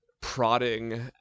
prodding